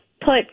put